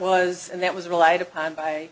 was and that was relied upon by